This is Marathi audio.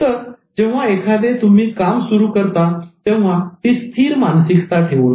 तर जेव्हा तुम्ही एखादे काम सुरु करता तेव्हा ती स्थिर मानसिकता ठेवू नका